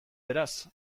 beraz